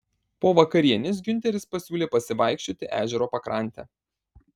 po vakarienės giunteris pasiūlė pasivaikščioti ežero pakrante